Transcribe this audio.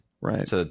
Right